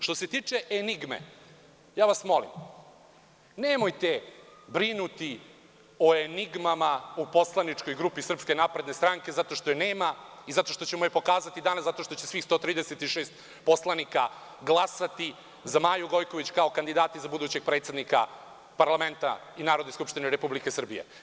Što se tiče enigme, molim vas, nemojte brinuti o enigmama u poslaničkoj grupi SNS zato što je nema i zato što ćemo pokazati, zato što će svih 136 poslanika glasati za Maju Gojković kao kandidata za budućeg predsednika Narodne skupštine Republike Srbije.